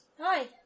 Hi